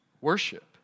worship